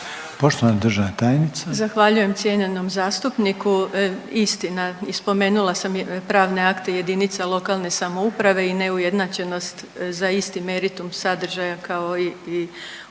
Vuksanović, Irena (HDZ)** Zahvaljujem cijenjenom zastupniku, istina i spomenula sam pravne akte jedinica lokalne samouprave i neujednačenost za isti meritum sadržaja kao i ovdje.